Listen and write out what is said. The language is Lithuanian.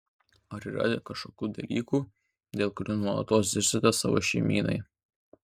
ar yra kažkokių dalykų dėl kurių nuolatos zirziate savo šeimynai